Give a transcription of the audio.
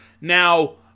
Now